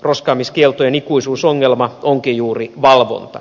roskaamiskieltojen ikuisuusongelma onkin juuri valvonta